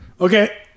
Okay